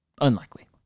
Unlikely